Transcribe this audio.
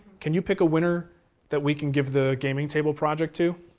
can you pick a winner that we can give the gaming table project to?